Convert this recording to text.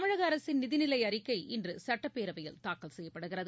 தமிழக அரசின் நிதிநிலை அறிக்கை இன்று சுட்டப்பேரவையில் தாக்கல் செய்யப்படுகிறது